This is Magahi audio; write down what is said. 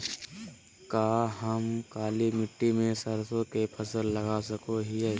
का हम काली मिट्टी में सरसों के फसल लगा सको हीयय?